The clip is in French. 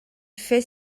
fait